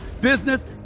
business